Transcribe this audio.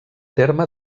terme